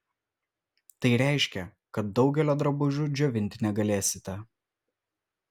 tai reiškia kad daugelio drabužių džiovinti negalėsite